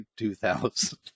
2000